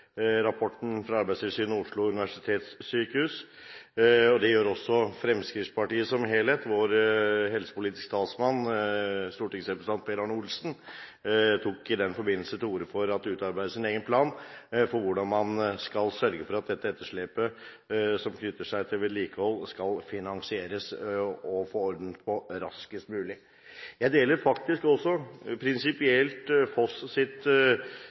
rapporten fra Arbeidstilsynet om Oslo universitetssykehus. Det gjør også Fremskrittspartiet som helhet. Vår helsepolitiske talsmann, stortingsrepresentant Per Arne Olsen, tok i den forbindelse til orde for at det utarbeides en egen plan for hvordan man skal sørge for at dette etterslepet som knytter seg til vedlikehold, skal finansieres, slik at man kan få orden på det raskest mulig. Jeg deler også prinsipielt Foss sitt